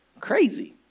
Crazy